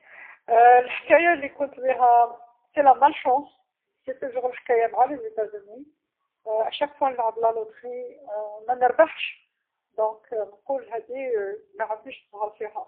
الحكايه كنت بيها، هي زهر مشي مليح هي دايما الحكايه مع ولايات المتحدة الامريكية، كل مرا نلعب القرعه منربحش، إذا نقول هاذي معنديش الزهر فيها.